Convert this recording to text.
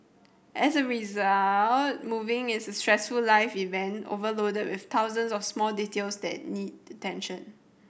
as a result moving is a stressful life event overloaded with thousands of small details that need attention